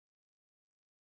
okay